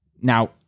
Now